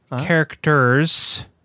characters